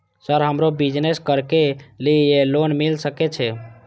Sir हमरो business करके ली ये लोन मिल सके छे?